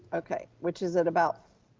okay, which is at about,